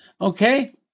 Okay